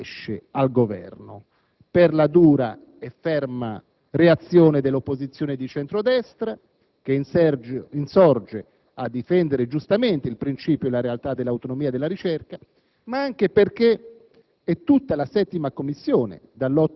L'operazione però non riesce al Governo: per la dura e ferma reazione dell'opposizione di centro‑destra, che insorge a difendere giustamente il principio e la realtà dell'autonomia della ricerca; ma anche perché